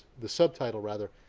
the subtitle, rather,